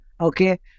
okay